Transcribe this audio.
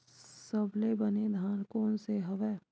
सबले बने धान कोन से हवय?